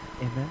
Amen